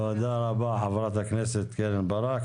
תודה רבה, חברת הכנסת קרן ברק.